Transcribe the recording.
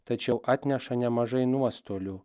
tačiau atneša nemažai nuostolių